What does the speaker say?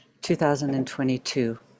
2022